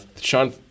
Sean